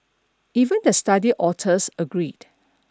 even the study authors agreed